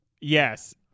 Yes